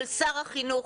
של שר החינוך,